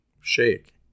shake